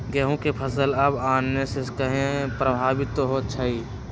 गेंहू के फसल हव आने से काहे पभवित होई छई?